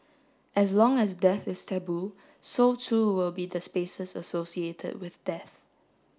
as long as death is taboo so too will be the spaces associated with death